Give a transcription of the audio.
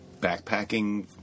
backpacking